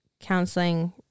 counseling